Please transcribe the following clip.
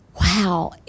wow